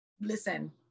listen